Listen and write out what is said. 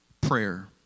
prayer